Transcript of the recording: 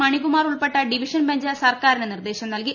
മണികുമാർ ഉൾപ്പെട്ട division bench സർക്കാരിന് നിർദ്ദേശം നൽകി